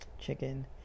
chicken